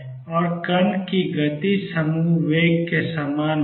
और कण की गति समूह वेग के समान होती है